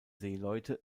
seeleute